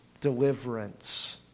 deliverance